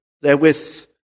therewith